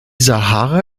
sahara